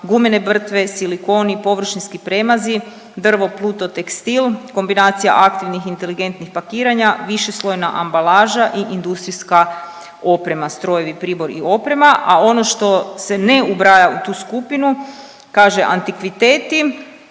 gumene brtve, silikon i površinski premazi, drvo, pluto, tekstil, kombinacija aktivnih inteligentnih pakiranja, višeslojna ambalaža i industrijska oprema strojevi, pribor i oprema. A ono to se ne ubraja u tu skupinu kaže antikviteti